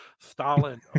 Stalin